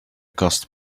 cost